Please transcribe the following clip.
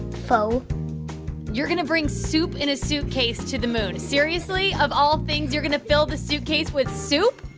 pho you're going to bring soup in a suitcase to the moon. seriously, of all things, you're going to fill the suitcase with soup?